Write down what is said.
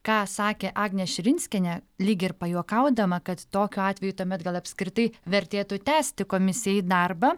ką sakė agnė širinskienė lyg ir pajuokaudama kad tokiu atveju tuomet gal apskritai vertėtų tęsti komisijai darbą